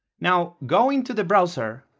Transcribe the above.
now go into the browser,